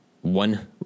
one